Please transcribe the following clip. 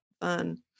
fun